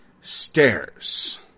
stairs